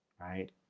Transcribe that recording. right